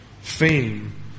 fame